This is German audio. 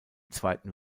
zweiten